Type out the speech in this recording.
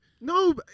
No